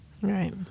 right